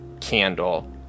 candle